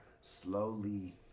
slowly